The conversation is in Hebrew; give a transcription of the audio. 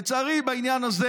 לצערי, בעניין הזה